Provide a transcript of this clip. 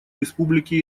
республики